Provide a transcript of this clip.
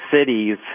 cities